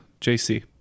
JC